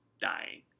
dying